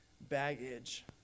baggage